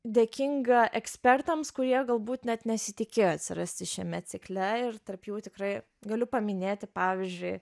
dėkinga ekspertams kurie galbūt net nesitikėjo atsirasti šiame cikle ir tarp jų tikrai galiu paminėti pavyzdžiui